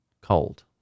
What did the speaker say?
Cold